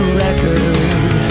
record